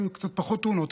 היו קצת פחות תאונות,